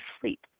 sleep